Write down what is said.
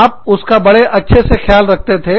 आप उसका बड़े अच्छे से ख्याल रखते थे